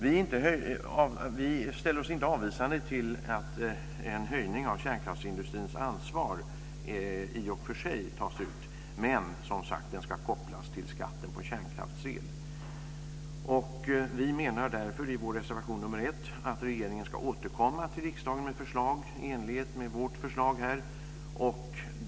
Vi ställer oss inte avvisande till en ökning av kärnkraftsindustrins ansvar i och för sig. Men den ska kopplas till skatten på kärnkraftsel. Vi menar därför i vår reservation nr 1 att regeringen ska återkomma till riksdagen med förslag i enlighet med vårt förslag.